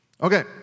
Okay